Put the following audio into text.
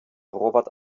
robert